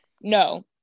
No